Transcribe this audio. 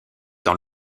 dans